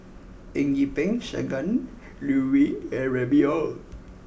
Eng Yee Peng Shangguan Liuyun and Remy Ong